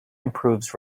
improves